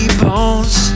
bones